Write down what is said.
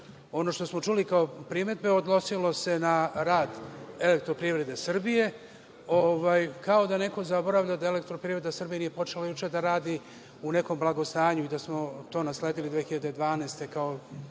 što smo čuli kao primedbe odnosilo se na rad „Elektroprivrede Srbije“, kao da neko zaboravlja da „Elektroprivreda Srbije“ nije počela juče da radi u nekom blagostanju i da smo to nasledili 2012. godine